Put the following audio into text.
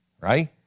right